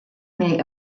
may